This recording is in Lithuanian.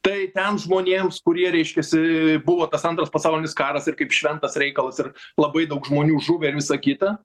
tai ten žmonėms kurie reiškiasi buvo tas antras pasaulinis karas ir kaip šventas reikalas ir labai daug žmonių žuvę ir visa kita